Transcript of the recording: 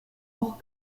auch